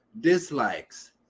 Dislikes